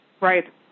Right